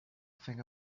think